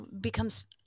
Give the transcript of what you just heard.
becomes